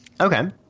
Okay